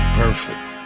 perfect